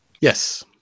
Yes